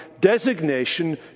designation